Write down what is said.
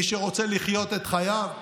מי שרוצה לחיות את חייו,